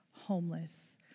homeless